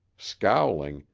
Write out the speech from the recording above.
scowling,